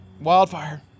Wildfire